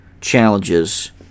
challenges